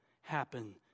happen